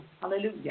Hallelujah